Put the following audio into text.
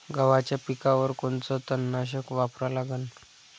गव्हाच्या पिकावर कोनचं तननाशक वापरा लागन?